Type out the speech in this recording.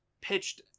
pitched